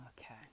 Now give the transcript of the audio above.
okay